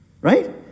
right